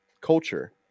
culture